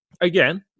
again